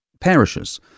parishes